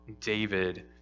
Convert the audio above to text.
David